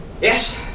yes